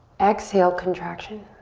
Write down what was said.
exhale, contraction.